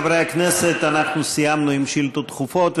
חברי הכנסת, אנחנו סיימנו עם שאילתות דחופות.